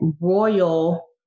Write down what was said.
Royal